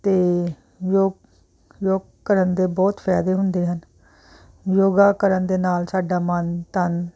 ਅਤੇ ਯੋਗ ਯੋਗ ਕਰਨ ਦੇ ਬਹੁਤ ਫਾਇਦੇ ਹੁੰਦੇ ਹਨ ਯੋਗਾ ਕਰਨ ਦੇ ਨਾਲ ਸਾਡਾ ਮਨ ਤਨ